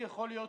אני חושבת